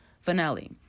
finale